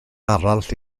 arall